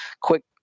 quick